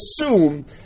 assume